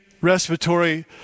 respiratory